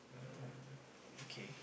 uh okay